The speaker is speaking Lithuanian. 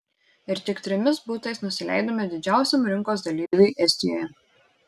ir tik trimis butais nusileidome didžiausiam rinkos dalyviui estijoje